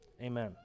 amen